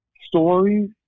stories